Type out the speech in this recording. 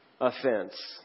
offense